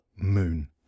moon